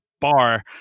Bar